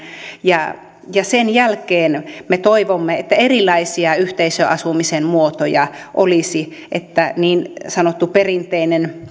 ja ja sen jälkeen me toivomme että erilaisia yhteisöasumisen muotoja olisi että niin sanottu perinteinen